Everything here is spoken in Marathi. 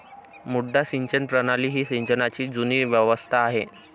मुड्डा सिंचन प्रणाली ही सिंचनाची जुनी व्यवस्था आहे